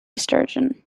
surgeon